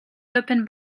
open